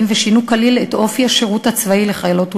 ושינו כליל את אופי השירות הצבאי לחיילות ולחיילים.